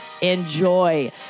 enjoy